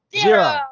Zero